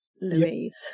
Louise